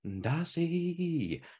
Darcy